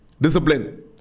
Discipline